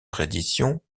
reddition